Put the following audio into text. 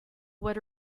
what